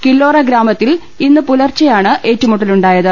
കില്ലോറ ഗ്രാമത്തിൽ ഇനന് പുലർച്ചെയാണ് ഏറ്റുമുട്ടലു ണ്ടായത്